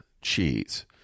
cheese